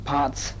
Parts